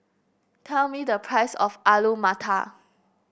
tell me the price of Alu Matar